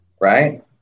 right